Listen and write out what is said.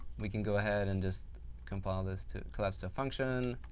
we can go ahead and just compile this to collapse to function.